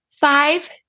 Five